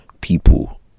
people